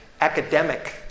academic